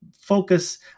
focus